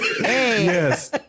yes